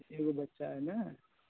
एगो बच्चा अइ नहि